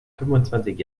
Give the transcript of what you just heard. fünfundzwanzig